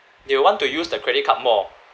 they'll want to use the credit card more